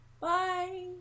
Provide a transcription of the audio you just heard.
Bye